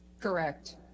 Correct